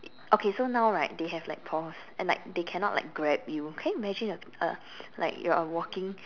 okay so now right they have like paws and like they cannot like grab you can you imagine a a like you are a walking